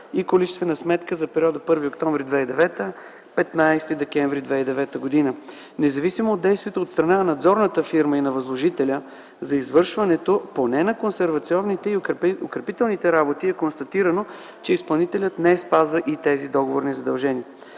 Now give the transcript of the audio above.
и количествена сметка за периода 1 октомври 2009 г. – 15 декември 2009 г. Независимо от действията от страна на надзорната фирма и на възложителя за извършването поне на консервационните и укрепителните работи, е констатирано, че изпълнителят не спазва и тези договорни задължения.